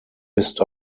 ist